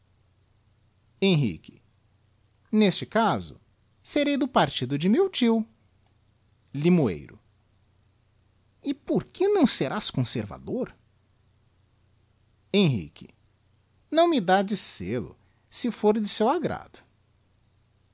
henrique neste caso serei do partido de meu tio limoeiro e porque não serás conservador henrique não se me dá de sôl o se fôr de seu agrado